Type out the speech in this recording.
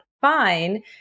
fine